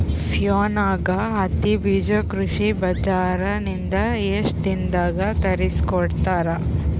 ಫೋನ್ಯಾಗ ಹತ್ತಿ ಬೀಜಾ ಕೃಷಿ ಬಜಾರ ನಿಂದ ಎಷ್ಟ ದಿನದಾಗ ತರಸಿಕೋಡತಾರ?